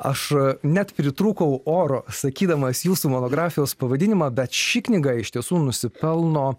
aš net pritrūkau oro sakydamas jūsų monografijos pavadinimą bet ši knyga iš tiesų nusipelno